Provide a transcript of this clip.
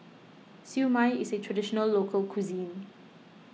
Siew Mai is a Traditional Local Cuisine